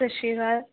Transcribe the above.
ਸਤਿ ਸ਼੍ਰੀ ਅਕਾਲ